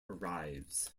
arrives